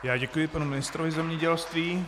Já děkuji panu ministrovi zemědělství.